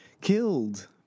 killed